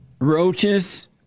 roaches